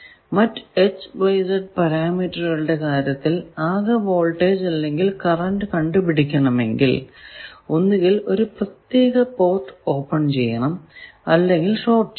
മറ്റു H Y Z പരാമീറ്ററുകളുടെ കാര്യത്തിൽ ആകെ വോൾടേജ് അല്ലെങ്കിൽ കറന്റ് കണ്ടുപിടിക്കണമെങ്കിൽ ഒന്നുകിൽ ഒരു പ്രത്യേക പോർട്ട് ഓപ്പൺ ചെയ്യണം അല്ലെങ്കിൽ ഷോർട് ചെയ്യണം